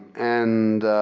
and